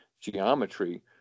geometry